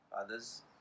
others